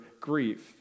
grief